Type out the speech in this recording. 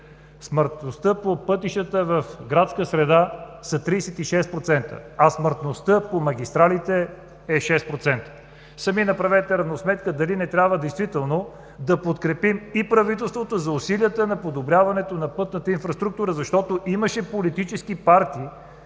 смъртността по пътищата в градска среда e 36%, а смъртността по магистралите е 6%. Сами направете равносметка дали не трябва действително да подкрепим правителството за усилията за подобряването на пътната инфраструктура, защото имаше политически партии